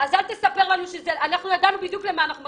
אנחנו ידענו בדיוק למה אנחנו מכוונים,